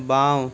বাওঁ